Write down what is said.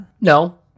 no